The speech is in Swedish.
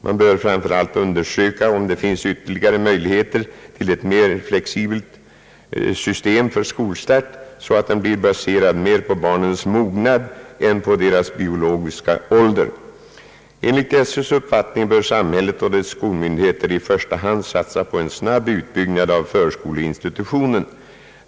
Man bör framför allt undersöka om det finns ytterligare möjligheter till ett mer flexibelt system för skolstart så att den blir baserad mer på barnens mognad än på deras biologiska ålder. Enligt Sö:s uppfattning bör samhället och dess skolmyndigheter i första hand satsa på en snabb utbyggnad av förskoleinstitutionen.